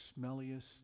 smelliest